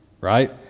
Right